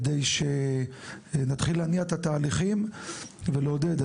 כדי שנתחיל להניע את התהליכים ולעודד.